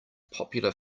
popular